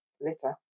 litter